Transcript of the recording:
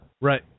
Right